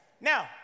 now